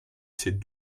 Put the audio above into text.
ces